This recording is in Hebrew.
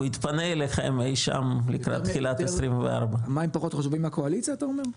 הוא יתפנה אליכם אי שם לקראת תחילת 24. מים פחות חשובים לקואליציה אתה אומר?